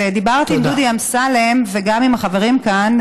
דיברתי עם דודי אמסלם וגם עם החברים כאן,